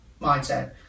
mindset